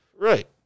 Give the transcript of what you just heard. Right